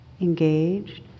engaged